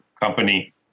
company